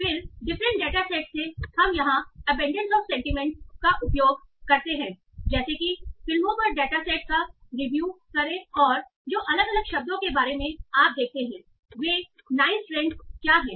और फिर different data set से हम यहां एबंडेंस ऑफ सेंटीमेंट्स का उपयोग करते हैं जैसे कि फिल्मों पर डेटा सेट को रिव्यू करें और जो अलग अलग शब्दों के बारे में आप देखते हैं वे नाइस ट्रेंड क्या हैं